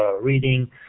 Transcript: reading